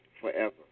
forever